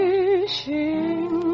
Wishing